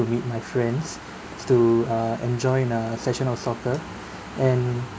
to meet my friends to uh enjoy a session of soccer and